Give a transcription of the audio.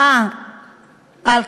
בשום פנים ואופן,